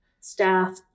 staff